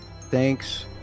thanks